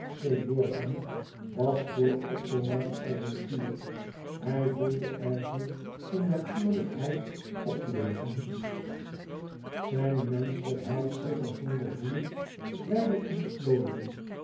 te altseeborgen was voor othomar als een kuur hij voelde er zich in natuurlijkheid opleven zijne menschelijkheid zich er zonder boei wijder ontplooien